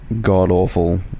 god-awful